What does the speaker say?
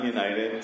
United